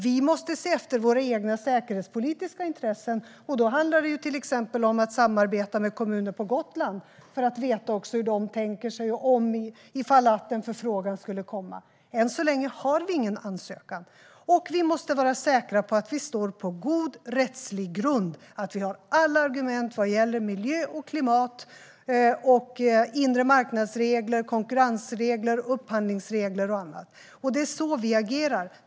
Vi måste se till våra egna säkerhetspolitiska intressen, och då handlar det exempelvis om att samarbeta med kommunen på Gotland för att veta hur de tänker om det skulle komma en förfrågan. Än så länge har vi ingen ansökan. Vi måste vara säkra på att vi står på god rättslig grund och att vi har alla argument vad gäller miljö och klimat, inremarknadsregler, konkurrensregler, upphandlingsregler och annat. Det är så vi agerar.